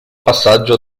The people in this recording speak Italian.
passaggio